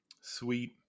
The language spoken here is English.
sweet